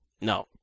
No